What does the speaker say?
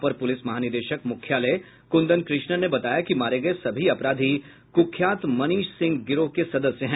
अपर पुलिस महानिदेशक मुख्यालय कुंदन कृष्णन ने बताया कि मारे गए सभी अपराधी कुख्यात मनीष सिंह गिरोह के सदस्य हैं